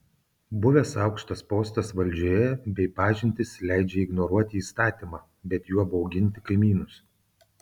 buvęs aukštas postas valdžioje bei pažintys leidžia ignoruoti įstatymą bet juo bauginti kaimynus